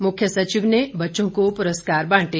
मुख्य सचिव ने बच्चों को पुरस्कार बांटे